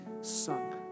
sunk